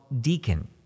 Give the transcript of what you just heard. deacon